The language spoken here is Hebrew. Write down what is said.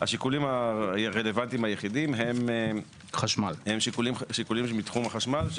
השיקולים הרלוונטיים היחידים הם שיקולים מתחום החשמל,